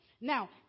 Now